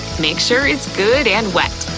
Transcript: make sure it's good and wet.